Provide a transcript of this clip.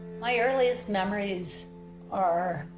my earliest memories are,